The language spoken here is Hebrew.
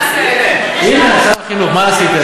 הנה, נכנס, הנה, שר החינוך, מה עשיתם?